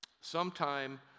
Sometime